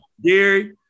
Gary